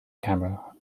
camera